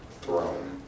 throne